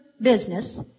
business